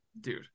dude